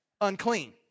unclean